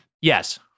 Yes